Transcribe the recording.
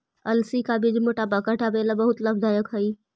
अलसी का बीज मोटापा घटावे ला बहुत लाभदायक हई